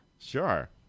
Sure